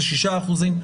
זה שישה אחוזים.